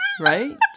Right